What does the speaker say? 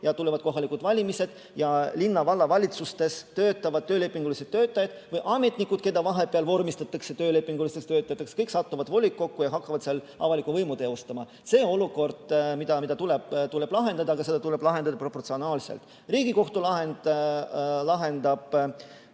ja tulevad kohalikud valimised ning linna- ja vallavalitsustes töötavad töölepingulised töötajad või ametnikud, keda vahepeal vormistatakse töölepingulisteks töötajateks. Kõik satuvad volikokku ja hakkavad seal avalikku võimu teostama. See on olukord, mida tuleb lahendada, aga seda tuleb lahendada proportsionaalselt. Riigikohtu lahend lahendab